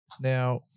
Now